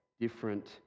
different